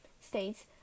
states